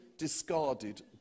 discarded